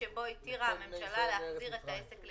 סליחה שאני קופץ לסוף, לגבי המידע אתה כן